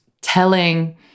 telling